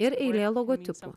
ir eilė logotipams